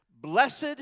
Blessed